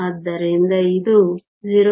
ಆದ್ದರಿಂದ ಇದು 0